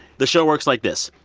the show works like this.